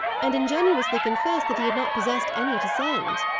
and ingenuously confessed that he had not possessed any to send.